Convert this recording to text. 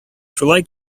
шулай